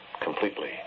completely